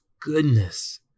goodness